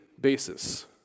basis